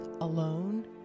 alone